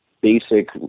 basic